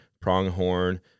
pronghorn